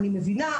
אני מבינה.